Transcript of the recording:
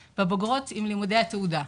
כאקוויוולנטיים לבגרות בהרבה נושאים.